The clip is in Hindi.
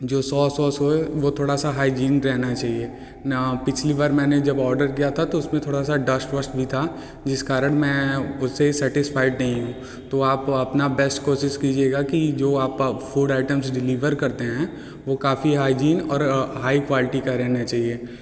जो सॉस वॉस हुए वो थोड़ा सा हाइजीन रहना चाहिए ना पिछली बार मैंने जब ऑर्डर किया था तो उसमें थोड़ा सा डस्ट वस्ट भी था जिस कारण मैं उससे सेटिस्फाइड नहीं हूँ तो आप अपना बेस्ट कोशिश कीजिएगा कि जो आप आप फूड आइटम्स डिलीवर करतें हैं वो काफ़ी हाइजीन और हाई क्वालिटी का रहना चाहिए